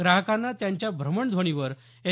ग्राहकांना त्यांच्या भ्रमणध्वनीवर एस